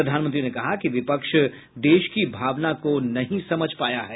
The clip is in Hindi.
प्रधानमंत्री ने कहा कि विपक्ष देश की भावना को नहीं समझ पाया है